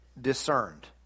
discerned